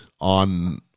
on